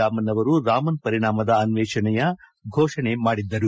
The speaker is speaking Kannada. ರಾಮನ್ ಅವರು ರಾಮನ್ ಪರಿಣಾಮದ ಅನ್ವೇಷಣೆಯ ಘೋಷಣೆ ಮಾಡಿದ್ದರು